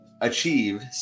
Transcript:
achieve